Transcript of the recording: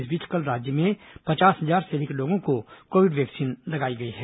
इस बीच कल राज्य में पचास हजार से अधिक लोगों को कोविड वैक्सीन लगाई गई है